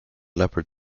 leopard